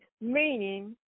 meaning